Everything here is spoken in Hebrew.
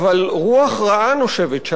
אבל רוח רעה נושבת שם,